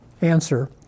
answer